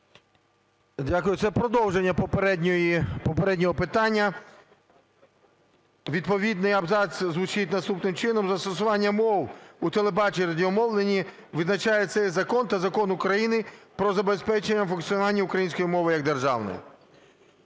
Дякую. Це продовження попереднього питання. Відповідний абзац звучать наступним чином: "Застосування мов у телебаченні і радіомовленні визначає цей закон та Закон України "Про забезпечення функціонування української мови як державної".